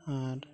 ᱟᱨ